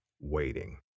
waiting